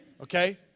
okay